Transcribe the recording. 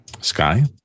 Sky